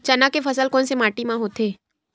चना के फसल कोन से माटी मा होथे?